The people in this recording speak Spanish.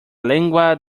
lengua